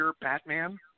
Batman